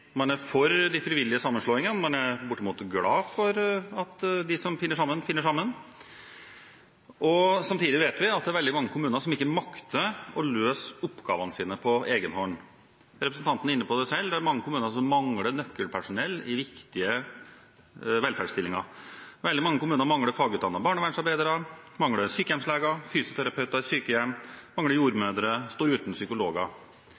man er for de frivillige sammenslåingene, men er bortimot glad for at de som finner sammen, finner sammen. Samtidig vet vi at det er veldig mange kommuner som ikke makter å løse oppgavene sine på egen hånd. Representanten var inne på det selv. Det er mange kommuner som mangler nøkkelpersonell i viktige velferdsstillinger. Veldig mange kommuner mangler fagutdannete barnevernsarbeidere, de mangler sykehjemsleger, fysioterapeuter i sykehjem, jordmødre, og de står uten psykologer.